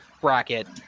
bracket